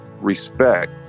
respect